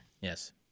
Yes